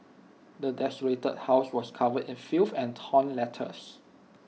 the desolated house was covered in filth and torn letters